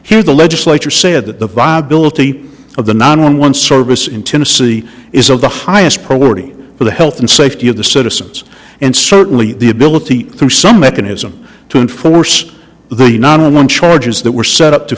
here the legislature said that the viability of the nine one one service in tennessee is of the highest priority for the health and safety of the citizens and certainly the ability to some mechanism to enforce the not on charges that were set up to